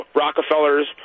rockefellers